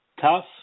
tough